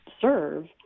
serve